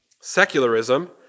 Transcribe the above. secularism